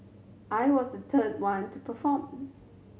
I was the third one to perform